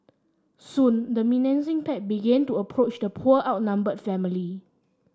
soon the menacing pack began to approach the poor outnumbered family